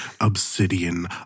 obsidian